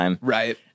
right